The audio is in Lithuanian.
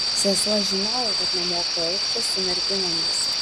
sesuo žinojo kad nemoku elgtis su merginomis